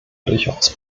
durchaus